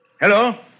Hello